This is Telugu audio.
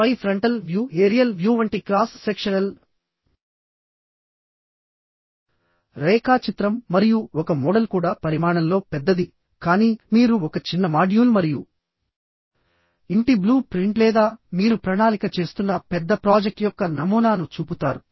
ఆపై ఫ్రంటల్ వ్యూ ఏరియల్ వ్యూ వంటి క్రాస్ సెక్షనల్ రేఖాచిత్రం మరియు ఒక మోడల్ కూడా పరిమాణంలో పెద్దది కానీ మీరు ఒక చిన్న మాడ్యూల్ మరియు ఇంటి బ్లూ ప్రింట్ లేదా మీరు ప్రణాళిక చేస్తున్న పెద్ద ప్రాజెక్ట్ యొక్క నమూనాను చూపుతారు